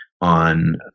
on